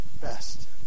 best